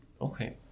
Okay